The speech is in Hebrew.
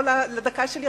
לא על הדקה שלי,